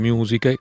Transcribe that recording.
Music